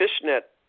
fishnet